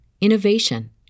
innovation